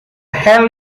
hell